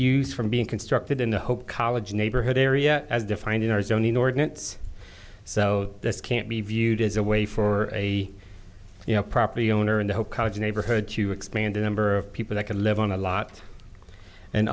use from being constructed in the hope college neighborhood area as defined in our zoning ordinance so this can't be viewed as a way for a you know property owner in the college neighborhood to expand the number of people that can live on a lot and